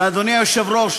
אדוני היושב-ראש,